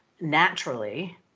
naturally